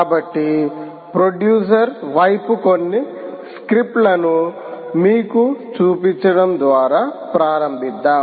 కాబట్టి ప్రొడ్యూసర్ వైపు కొన్ని స్క్రిప్ట్లను మీకు చూపించడం ద్వారా ప్రారంభిద్దాం